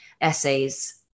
essays